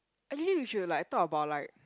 actually we should like talk about like